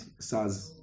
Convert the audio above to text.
Saz